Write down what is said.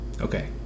Okay